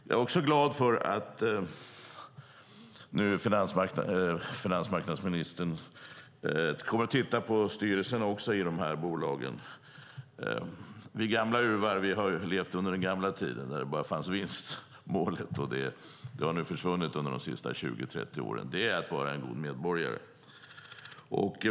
Jag är också glad för att finansmarknadsministern kommer att titta även på styrelserna i dessa bolag. Vi gamla uvar har levt under den gamla tiden när bara vinstmålet fanns, och det har försvunnit under de senaste 20-30 åren. Nu är det att vara en god medborgare.